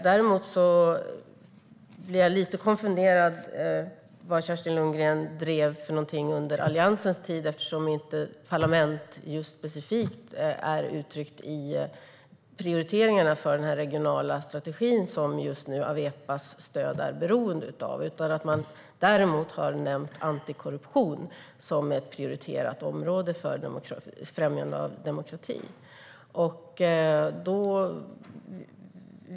Däremot blir jag lite konfunderad över vad Kerstin Lundgren drev under Alliansens tid, eftersom parlament inte specifikt är uttryckt i prioriteringarna för den regionala strategi som Awepas stöd just nu är beroende av. Däremot har man nämnt antikorruption som ett prioriterat område för främjande av demokrati.